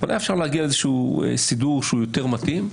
אפשר היה להגיע לאיזשהו סידור שהוא יותר מתאים.